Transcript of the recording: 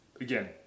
again